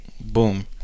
boom